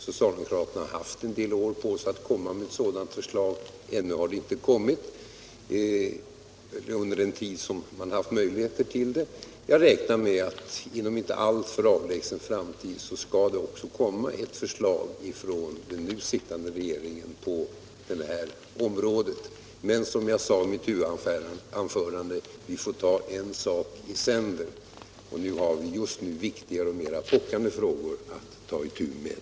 Socialdemokraterna har haft en del år på sig att lägga fram förslag med anledning av utredningsbetänkandet, men ännu har det inte kommit. Jag räknar med att det inom en inte alltför avlägsen framtid skall komma ett förslag på det här området från den nu sittande regeringen. Men som jag sade i mitt huvudanförande får vi ta en sak i sänder. Vi har just nu viktigare och mer pockande frågor att ta itu med.